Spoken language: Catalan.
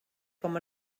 com